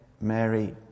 Mary